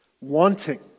wanting